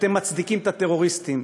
כשאתם מצדיקים את הטרוריסטים,